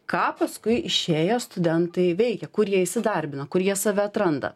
ką paskui išėję studentai veikia kur jie įsidarbina kur jie save atranda